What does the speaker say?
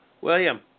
William